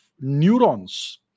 neurons